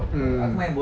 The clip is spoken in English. mm